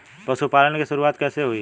पशुपालन की शुरुआत कैसे हुई?